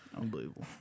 Unbelievable